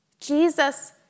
Jesus